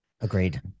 Agreed